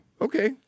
Okay